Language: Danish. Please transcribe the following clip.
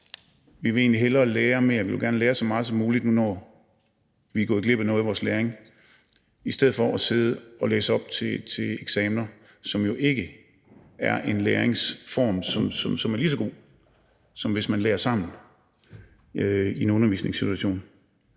Vi vil egentlig hellere lære mere, vi vil gerne lære så meget som muligt, når vi nu er gået glip af noget af vores læring, i stedet for at sidde og læse op til eksamener, som jo ikke er en læringsform, der er lige så god, som hvis man lærer sammen i en undervisningssituation.